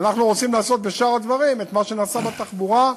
אנחנו רוצים לעשות בשאר הדברים את מה שנעשה בתחבורה,